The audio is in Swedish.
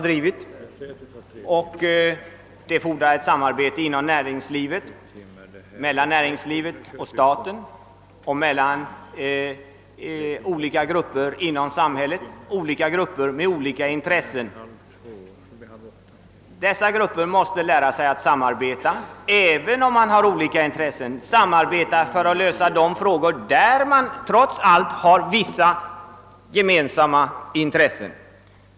Detta fordrar samarbete inom «näringslivet, samarbete mellan näringslivet och staten och samarbete mellan olika grupper inom samhället — grupper med olika intressen. Dessa grupper måste lära sig att samarbeta för att lösa de problem man trots allt har gemensamt.